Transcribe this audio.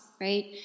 right